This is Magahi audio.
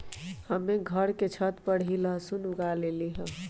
हम्मे घर के छत पर ही लहसुन उगा लेली हैं